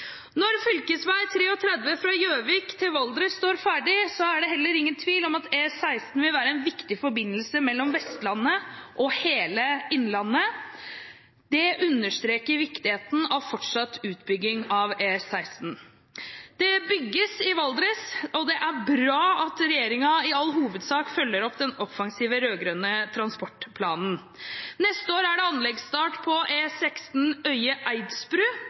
Når fv. 33 fra Gjøvik til Valdres står ferdig, er det heller ingen tvil om at E16 vil være en viktig forbindelse mellom Vestlandet og hele innlandet. Det understreker viktigheten av fortsatt utbygging av E16. Det bygges i Valdres, og det er bra at regjeringen i all hovedsak følger opp den offensive rød-grønne transportplanen. Neste år er det anleggsstart på E16 Øye–Eidsbru, og det er